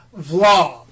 vlog